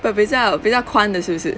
but 比较比较宽的是不是